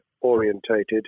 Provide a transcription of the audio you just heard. orientated